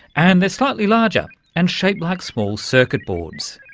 and they're slightly larger and shaped like small circuit boards.